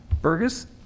Burgess